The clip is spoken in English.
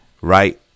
right